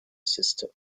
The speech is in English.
sister